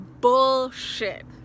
bullshit